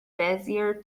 bezier